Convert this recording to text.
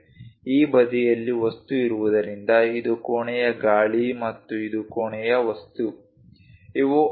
ಈ ಬದಿಯಲ್ಲಿ ವಸ್ತು ಇರುವುದರಿಂದ ಇದು ಕೋಣೆಯ ಗಾಳಿ ಮತ್ತು ಇದು ಕೋಣೆಯ ವಸ್ತು ಇವು ಅಂಚುಗಳು